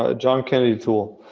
ah john kennedy toole.